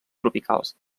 tropicals